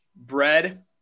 Bread